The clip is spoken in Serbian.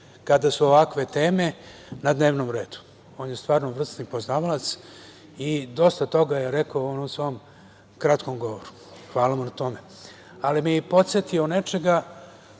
kada su ovakve teme na dnevnom redu. On je stvarno vrsni poznavalac i dosta toga je rekao on u svom kratkom govoru. Hvala mu na tome, ali bih podsetio na